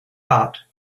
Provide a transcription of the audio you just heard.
but